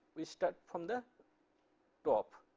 we start from the top.